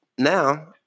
Now